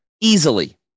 Easily